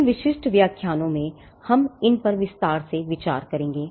इन विशिष्ट व्याख्यानों में हम इन पर अधिक विस्तार से विचार करेंगे